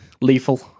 Lethal